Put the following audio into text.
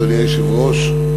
אדוני היושב-ראש,